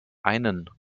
einen